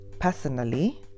personally